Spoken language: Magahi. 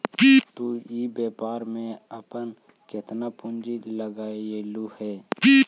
तु इ व्यापार में अपन केतना पूंजी लगएलहुं हे?